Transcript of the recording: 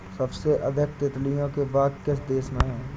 सबसे अधिक तितलियों के बाग किस देश में हैं?